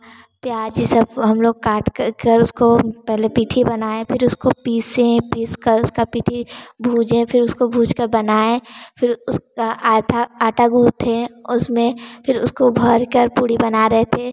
प्याज़ यह सब हम लोग काट कर उसको पहले पिठी बनाए फिर उसको पीसे पीसकर उसका पिठी भूजे फिर उसको भूजकर बनाए फिर उसका आटा आटा गूँदे उसमें फिर उसको भरकर पूड़ी बना रहे थे